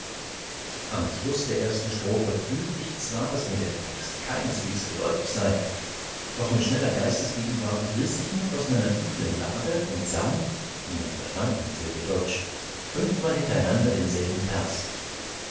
am schluß der ersten strophe fühlt ich zwar daß mir der text keineswegs geläufig sei doch mit schneller geistesgegenwart riß ich mich aus meiner üblen lage und sang niemand verstand eine silbe deutsch fünfmal hintereinander denselben vers